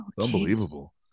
Unbelievable